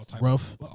rough